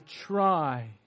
try